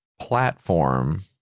platform